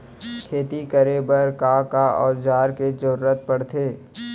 खेती करे बर का का औज़ार के जरूरत पढ़थे?